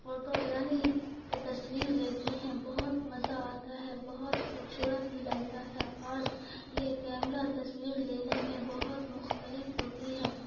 photo یعنی کہ تصویر لیتے ہیں بہت مزہ آتا ہے بہت خوبصورت بھی لگتا ہے اور یہ کیمرہ تصویر لینے میں بہت مختلف ہوتی ہے